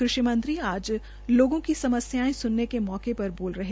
कृषि मंत्री आज लोगों की समस्यायें सुनने के मौके पर बोल रहे थे